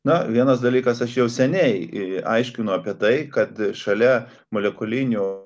na vienas dalykas aš jau seniai aiškinu apie tai kad šalia molekulinių